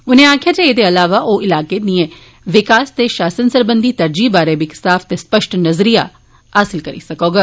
उनें आक्खेआ जे एह्दे इलावा ओह् इलाकें दिए विकास ते शासन सरबंघी तरजीहे बारै बी इक साफ ते स्पष्ट नजरिया हासल करी सकौग